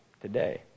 today